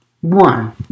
One